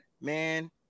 man